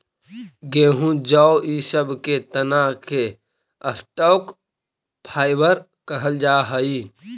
गेहूँ जौ इ सब के तना के स्टॉक फाइवर कहल जा हई